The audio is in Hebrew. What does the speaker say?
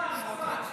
להציג את הצעת החוק.